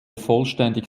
vollständig